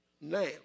now